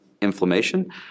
inflammation